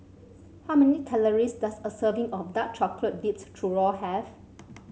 how many calories does a serving of Dark Chocolate Dipped Churro have